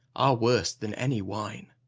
are worse than any wine.